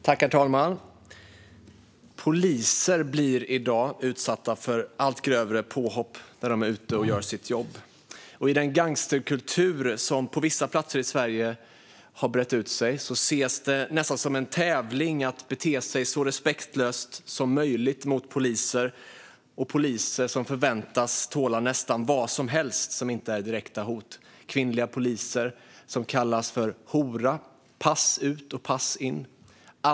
Herr talman! Poliser blir i dag utsatta för allt grövre påhopp när de är ute och gör sitt jobb. I den gangsterkultur som har brett ut sig på vissa platser i Sverige ses det nästan som en tävling att bete sig så respektlöst som möjligt mot poliser. Poliser förväntas tåla nästan vad som helst som inte är direkta hot. Kvinnliga poliser kallas för hora. Detta sker pass ut och pass in.